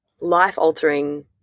life-altering